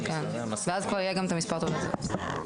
וכבר יהיה מספר תעודת זהות.